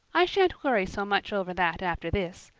i shan't worry so much over that after this.